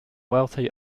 wealthy